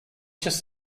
just